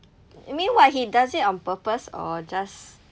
you mean what he does it on purpose or just